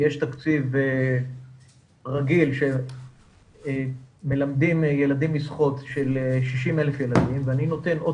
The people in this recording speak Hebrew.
יש תקציב רגיל שמיועד ללמד 60,000 ילדים שחייה ואני נותן בתוכנית